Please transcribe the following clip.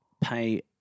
Pay